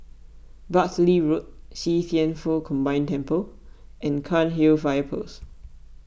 Bartley Road See Thian Foh Combined Temple and Cairnhill Fire Post